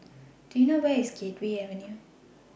Do YOU know Where IS Gateway Avenue